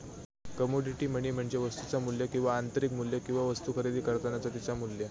commodity money म्हणजे वस्तुचा मू्ल्य किंवा आंतरिक मू्ल्य किंवा वस्तु खरेदी करतानाचा तिचा मू्ल्य